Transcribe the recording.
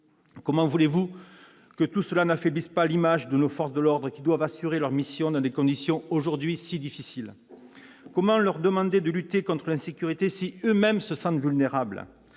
Comment voulez-vous que tout cela n'affaiblisse pas l'image de nos forces de l'ordre, qui doivent assurer leur mission dans des conditions aujourd'hui si difficiles ? Comment leur demander de lutter contre l'insécurité si elles-mêmes se sentent vulnérables ?